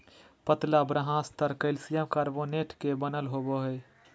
पतला बाह्यस्तर calcium carbonate के बनल होबो हइ